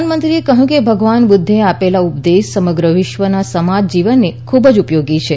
પ્રધાનમંત્રીએ કહ્યું કે ભગવાન બુધ્ધે આપેલો ઉપદેશ સમગ્ર વિશ્વના સમાજ જીવનને ખુબજ ઉપયોગી છે